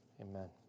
Amen